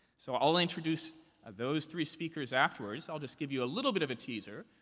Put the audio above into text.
so i'll introduce those three speakers afterwards. i'll just give you a little bit of a teaser.